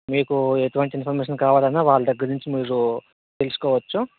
మీకు ఎటువంటి ఇన్ఫర్మేషన్ కావాలన్నా వాళ్ళ దగ్గర నుంచి మీరు తెలుసుకోవచ్చు